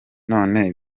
none